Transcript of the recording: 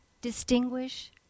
distinguish